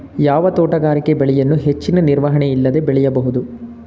ಯಾವ ತೋಟಗಾರಿಕೆ ಬೆಳೆಯನ್ನು ಹೆಚ್ಚಿನ ನಿರ್ವಹಣೆ ಇಲ್ಲದೆ ಬೆಳೆಯಬಹುದು?